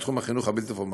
בתחום החינוך הבלתי-פורמלי.